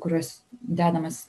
kuriuos dedamas